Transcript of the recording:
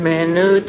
Menu